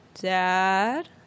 Dad